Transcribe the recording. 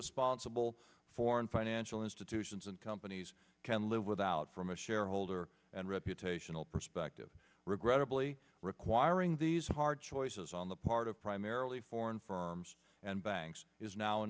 responsible foreign financial institutions and companies can live without from a shareholder and reputational perspective regrettably requiring these hard choices on the part of primarily foreign firms and banks is now a